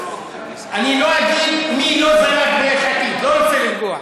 אני לא אגיד מי לא זלג ביש עתיד, לא רוצה לפגוע,